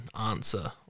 answer